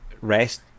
REST